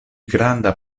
granda